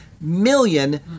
million